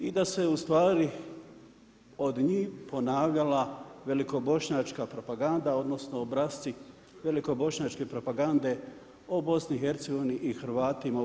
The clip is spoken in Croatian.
I da se ustvari od njih ponavljala velikobošnjačka propaganda, odnosno, obrasci velikobošnjačke propagande o BIH i Hrvatima u BIH.